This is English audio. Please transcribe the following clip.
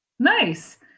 Nice